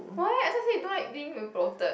why I thought you say you don't like being bloated